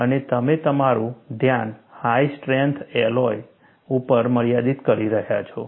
અને તમે તમારું ધ્યાન હાઈ સ્ટ્રેન્થ એલોયસ ઉપર મર્યાદિત કરી રહ્યા છો